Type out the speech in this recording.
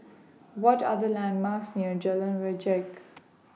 What Are The landmarks near Jalan Wajek